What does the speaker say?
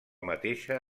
mateixa